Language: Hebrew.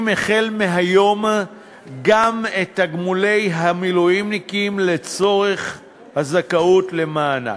החל מהיום גם את תגמולי המילואימניקים לצורך הזכאות למענק.